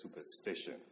superstition